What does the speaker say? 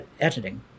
editing